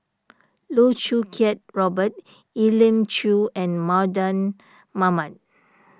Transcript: Loh Choo Kiat Robert Elim Chew and Mardan Mamat